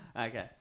Okay